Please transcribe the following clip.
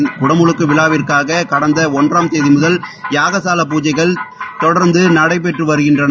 இந்த குடமுழுக்கு விழாவிற்காக கடந்த ஒன்றாம் தேதி தொடங்கி யாக சாலை பூஜைகள் தொடர்ந்து நடைபெற்று வருகின்றன